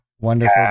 Wonderful